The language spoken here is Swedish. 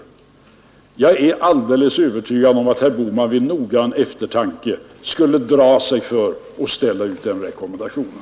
Jag är alldeles övertygad om att herr Bohman vid noggrann eftertanke skulle dra sig för att utfärda den rekommendationen.